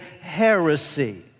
heresy